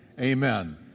Amen